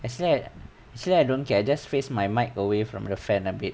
is there actually I don't care just face my mic away from your fan a bit